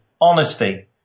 honesty